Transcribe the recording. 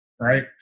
right